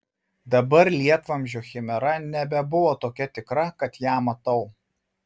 dabar lietvamzdžio chimera nebebuvo tokia tikra kad ją matau